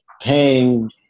paying